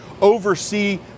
oversee